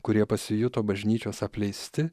kurie pasijuto bažnyčios apleisti